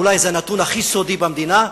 אולי זה הנתון הכי סודי במדינה.